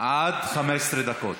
עד 15 דקות.